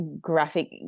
graphic